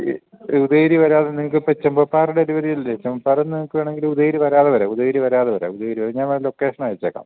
ഉദയഗിരി വരാതെ നിങ്ങൾക്ക് ചെമ്പകപാറ ഡെലിവറി ഇല്ലേ ചെമ്പകപാറയിൽ നിന്ന് നിങ്ങൾക്ക് വേണമെങ്കിൽ ഉദയഗിരി വരാതെ വരാം ഉദയഗിരി വരാതെ വരാം ഉദയഗിരി ഞാൻ വേണേൽ ലൊക്കേഷൻ അയച്ച് തരാം